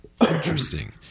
Interesting